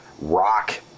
rock